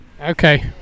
Okay